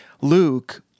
Luke